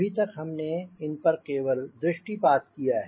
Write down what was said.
अभी तक हमने इन पर केवल दृष्टिपात किया है